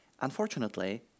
Unfortunately